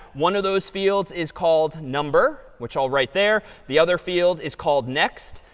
one of those fields is called number, which i'll write there. the other field is called next.